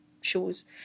shows